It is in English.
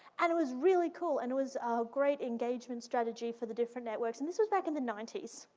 and it was really cool and it was a great engagement strategy for the different networks, and this was back in the ninety s,